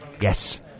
Yes